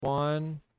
one